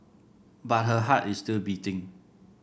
but her heart is still beating